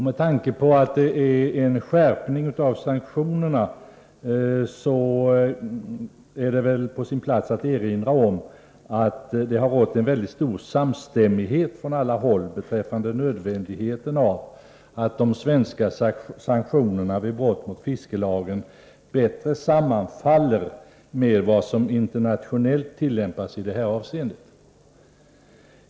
Med tanke härpå vill jag inledningsvis slå fast att det har rått stor samstämmighet från alla håll beträffande nödvändigheten av att de svenska sanktionerna vid brott mot fiskelagen bättre än nu sammanfaller med vad som internationellt tillämpas i detta avseende.